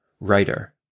writer